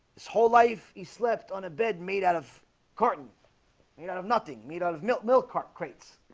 this whole life he slept on a bed made out of carton you know um nothing made out of milk milk ah crates